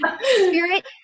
Spirit